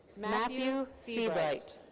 matthew sebright.